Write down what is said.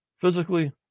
physically